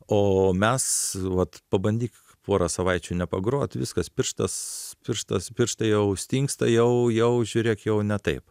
o mes vat pabandyk porą savaičių nepagrot viskas pirštas pirštas pirštai jau stingsta jau jau žiūrėk jau ne taip